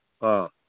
ꯑꯥ